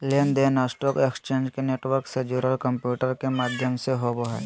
लेन देन stock exchange के network से जुड़ल कंम्प्यूटर के माध्यम से होबो हइ